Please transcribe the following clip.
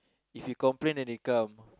if you complain then they come